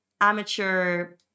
amateur